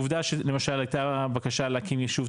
עובדה שלמשל הייתה בקשה להקים יישוב,